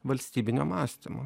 valstybinio mąstymo